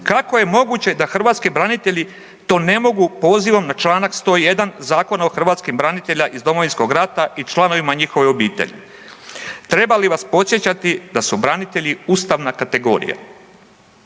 Kako je moguće da hrvatski branitelji to ne mogu pozivom na članak 101. Zakona o hrvatskim braniteljima iz Domovinskog rata i članovima njihove obitelji. Treba li vas podsjećati da su branitelji ustavna kategorija?